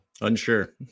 Unsure